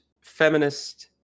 feminist